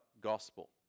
gospel